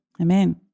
Amen